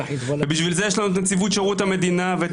ובשביל זה יש לנו את נציבות שירות המדינה ואת